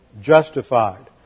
justified